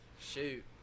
Shoot